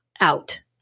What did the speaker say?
out